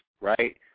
right